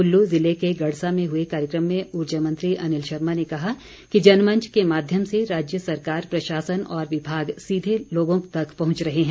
कुल्लू ज़िले के गड़सा में हुए कार्यक्रम में ऊर्जा मंत्री अनिल शर्मा ने कहा कि जनमंच के माध्यम से राज्य सरकार प्रशासन और विभाग सीधे लोगों तक पहुंच रहे हैं